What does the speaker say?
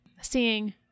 seeing